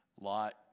Lot